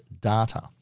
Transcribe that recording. data